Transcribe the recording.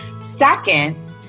Second